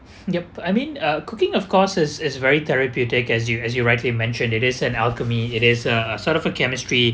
yup I mean uh cooking of course is is very therapeutic as you as you rightly mentioned it is an alchemy it is a a sort of a chemistry